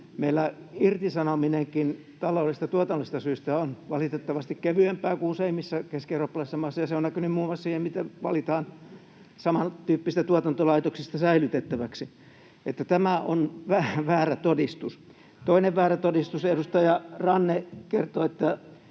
Meillä irtisanominenkin taloudellisista ja tuotannollisista syistä on valitettavasti kevyempää kuin useimmissa keskieurooppalaisissa maissa, ja se on näkynyt muun muassa siinä, mitä samantyyppisistä tuotantolaitoksista valitaan säilytettäväksi. Tämä on vähän väärä todistus. [Pia Lohikoski: Juuri näin!] Toinen väärä todistus: Edustaja Ranne kertoi, että